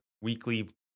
weekly